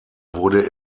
wurde